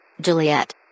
Juliet